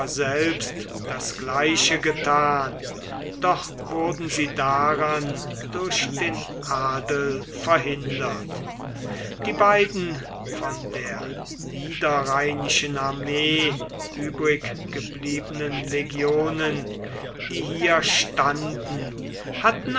selbst das gleiche getan doch wurden sie daran durch den adel verhindert die beiden von der niederrheinischen armee übriggebliebenen legionen die hier standen hatten